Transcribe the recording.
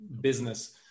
business